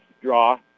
draw